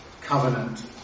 covenant